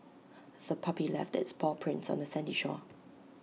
the puppy left its paw prints on the sandy shore